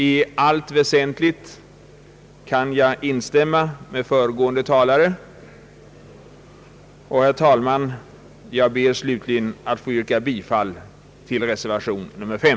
I allt väsentligt kan jag instämma med herr Österdahl och jag ber, herr talman, att få yrka bifall till reservation nr 5.